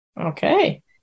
Okay